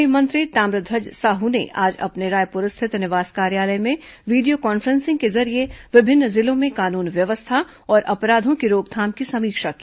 गृह मंत्री ताम्रध्वज साहू ने आज अपने रायपुर रिथत निवास कार्यालय में वीडियो कॉन्फ्रेंसिंग के जरिए विभिन्न जिलों में कानून व्यवस्था और अपराधों की रोकथाम की समीक्षा की